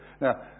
Now